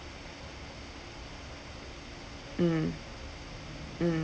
mm mm